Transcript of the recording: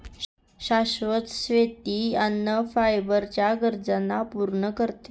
शाश्वत शेती अन्न आणि फायबर च्या गरजांना पूर्ण करते